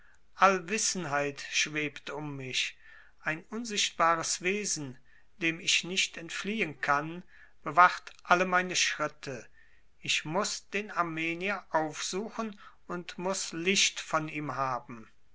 allwissenheit schwebt um mich ein unsichtbares wesen dem ich nicht entfliehen kann bewacht alle meine schritte ich muß den armenier aufsuchen und muß licht von ihm haben